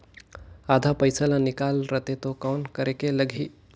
आधा पइसा ला निकाल रतें तो कौन करेके लगही?